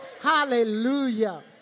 Hallelujah